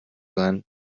sein